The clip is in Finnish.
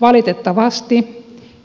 valitettavasti